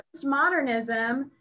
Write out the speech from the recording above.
postmodernism